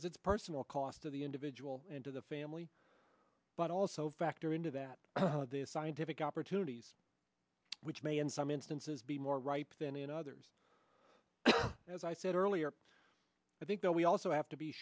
is its personal cost of the individual and to the family also factor into that the scientific opportunities which may in some instances be more ripe than in others as i said earlier i think that we also have to be